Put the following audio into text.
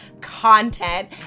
content